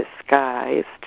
disguised